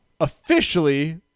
officially